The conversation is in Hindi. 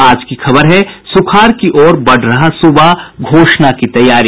आज की खबर है सुखाड़ की ओर बढ़ रहा सूबा घोषणा की तैयारी